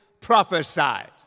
prophesied